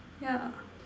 yeah